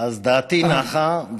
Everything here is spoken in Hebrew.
אז דעתי נחה.